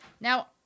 Now